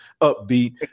upbeat